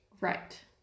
Right